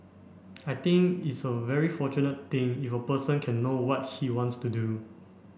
I think it's a very fortunate thing if a person can know what he wants to do